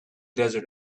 desert